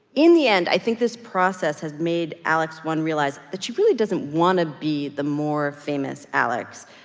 in the end, i think this process has made alex one realize that she really doesn't want to be the more-famous alex.